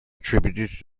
attributed